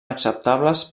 acceptables